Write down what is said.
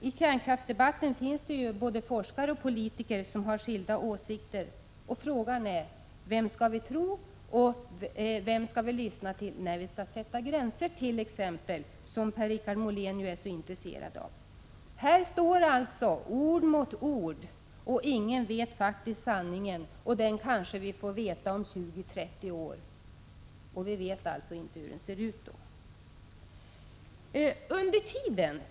I kärnkraftsdebatten deltar både forskare och politiker med skilda åsikter. Frågan är: Vem skall vi tro på och lyssna till när vi exempelvis skall sätta gränser, som Per-Richard Molén är så intresserad av? Här står ord mot ord, och ingen vet vad som är sanning. Det kanske vi får veta om 20-30 år. Vi vet alltså inte nu hur den ser ut då.